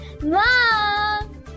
Mom